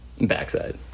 Backside